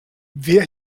wer